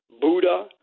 Buddha